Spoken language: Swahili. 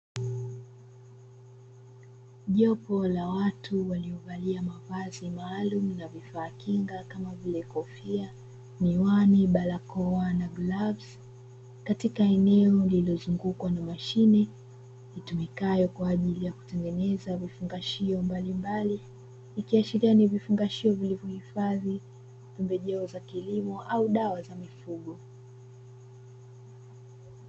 Jopo la watu walio valia mavazi maalumu na vifaa kinga kama vile kofia ,miwani, barakoa na glavu katika eneo lililozungukwa na mashine itumikayo kwa ajili ya kutengeneza vifungashio mbalimbali ikiashiria ni vifungashio vilivyohifadhi pembejeo za kilimo au dawa za mifugo.